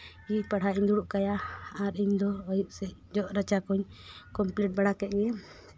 ᱯᱟᱲᱦᱟᱜ ᱤᱧ ᱫᱩᱲᱩᱵ ᱠᱟᱭᱟ ᱟᱨ ᱤᱧ ᱫᱚ ᱟᱹᱭᱩᱵ ᱥᱮᱜ ᱡᱚᱜ ᱨᱟᱪᱟ ᱠᱚᱧ ᱠᱚᱢᱯᱤᱞᱤᱴ ᱵᱟᱲᱟ ᱠᱮᱜ ᱜᱮ